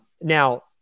Now